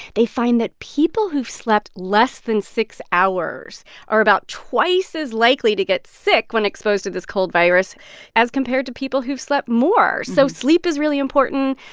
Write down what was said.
they find that people who've slept less than six hours are about twice as likely to get sick when exposed to this cold virus as compared to people who've slept more. so sleep is really important.